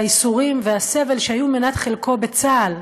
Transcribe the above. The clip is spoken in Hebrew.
הייסורים והסבל שהיו מנת חלקו בצה"ל,